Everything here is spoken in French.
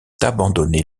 abandonner